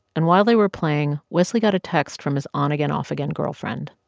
and while they were playing, wesley got a text from his on-again-off-again girlfriend.